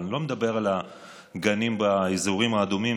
אבל אני לא מדבר על הגנים באזורים האדומים,